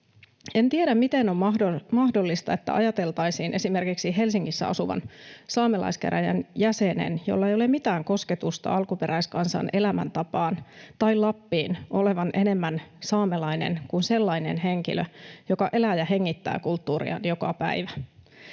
En tiedä, miten on mahdollista, että ajateltaisiin esimerkiksi Helsingissä asuvan saamelaiskäräjien jäsenen, jolla ei ole mitään kosketusta alkuperäiskansan elämäntapaan tai Lappiin, olevan enemmän saamelainen kuin sellaisen henkilön, joka elää ja hengittää kulttuuriaan joka päivä.